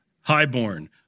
highborn